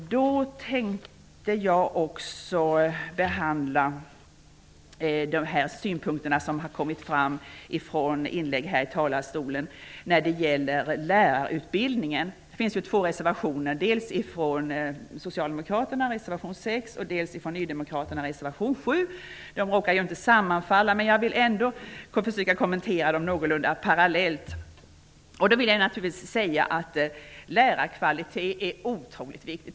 Jag vill också behandla de synpunkter om lärarutbildningen som har kommit fram vid inlägg här i talarstolen. Här finns två reservationer, dels reservation 6 från socialdemokraterna, dels reservation 7 från nydemokraterna. De råkar inte sammanfalla, men jag vill ändå försöka att kommentera dem någorlunda parallellt. Lärarkvaliteten är otroligt viktig.